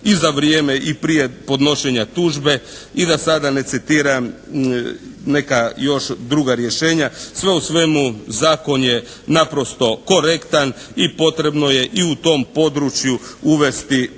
i za vrijeme i prije podnošenja tužbe. I da sada ne citiram neka još druga rješenja. Sve u svemu zakon je naprosto korektan i potrebno je i u tom području uvesti